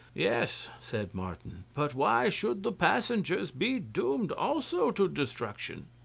yes, said martin but why should the passengers be doomed also to destruction?